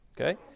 Okay